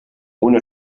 una